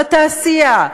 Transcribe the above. על התעשייה,